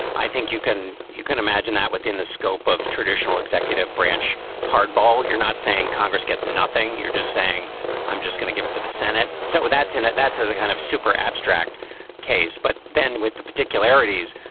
i think you can you can imagine that within the scope of traditional executive branch hardball. you're not saying congress gets nothing. you're just saying i'm just going to give it to the senate. so that's an that's as a kind of super abstract case. but then with the particularities,